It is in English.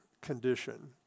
condition